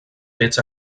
fets